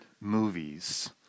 movies